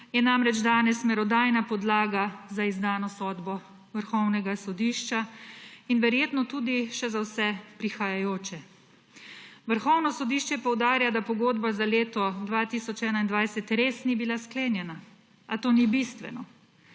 je namreč danes merodajna podlaga za izdano sodbo vrhovnega sodišča in verjetno tudi še za vse prihajajoče. Vrhovno sodišče poudarja, da pogodba za leto 2021 res ni bila sklenjena, a to ni bistveno.